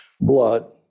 blood